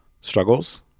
struggles